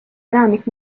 enamik